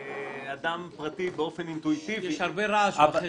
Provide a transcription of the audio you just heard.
כאדם פרטי באופן אינטואיטיבי -- יש הרבה רעש בחדר.